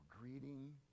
greeting